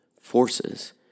forces